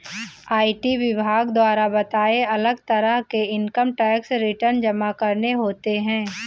IT विभाग द्वारा बताए, अलग तरह के इन्कम टैक्स रिटर्न जमा करने होते है